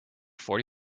forty